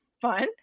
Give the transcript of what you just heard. fun